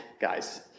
guys